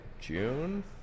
June